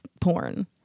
porn